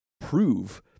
Prove